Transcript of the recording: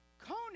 cone